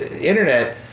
internet